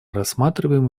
рассматриваем